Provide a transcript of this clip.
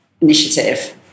initiative